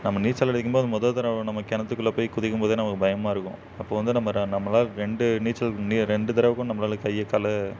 நம்ம நீச்சல் அடிக்கும் போது மொதல் தடவ நம்ம கிணத்துக் குள்ளே போய் குதிக்கும் போதே நமக்கு பயமாக இருக்கும் அப்போ வந்து நம்ம ர நம்மளால் ரெண்டு நீச்சல் நீ ரெண்டு தடவுக்கும் நம்மளால் கையை காலை